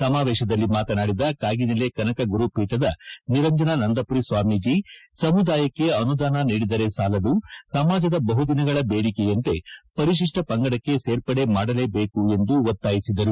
ಸಮಾವೇಶದಲ್ಲಿ ಮಾತನಾಡಿದ ಕಾಗಿನೆಲೆ ಕನಕ ಗುರುಪೀಠದ ನಿರಂಜನಾ ನಂದಮರಿ ಸ್ವಾಮೀಜ ಸಮುದಾಯಕ್ಕೆ ಆನುದಾನ ನೀಡಿದರೆ ಸಾಲದು ಸಮಾಜದ ಬಹುದಿನಗಳ ಬೇಡಿಕೆಯಂತೆ ಪರಿಶಿಷ್ಟ ಪಂಗಡಕ್ಕೆ ಸೇರ್ಪಡೆ ಮಾಡಲೇಬೇಕು ಎಂದು ಅವರು ಒತ್ತಾಯಿಸಿದರು